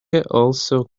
also